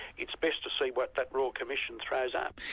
it's best to see what that royal commission throws up.